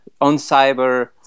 on-cyber